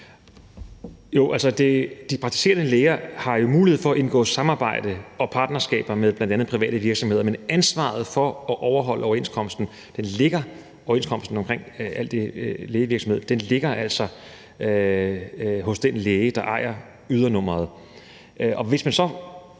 De praktiserende læger har jo mulighed for at indgå samarbejder og partnerskaber med bl.a. private virksomheder, men ansvaret for at overholde overenskomsten omkring lægevirksomhed ligger altså hos den læge, der ejer ydernummeret.